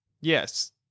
Yes